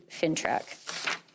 FinTrack